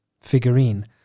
figurine